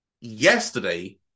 Yesterday